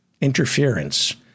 interference